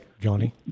Johnny